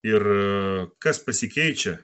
ir kas pasikeičia